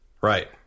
right